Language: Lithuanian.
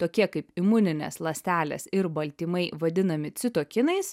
tokie kaip imuninės ląstelės ir baltymai vadinami citokinais